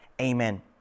Amen